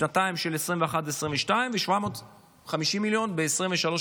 בשנתיים 2022-2021 ו-750 מיליון ב-2024-2023,